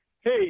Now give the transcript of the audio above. Hey